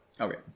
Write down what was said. okay